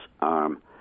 arm